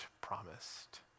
promised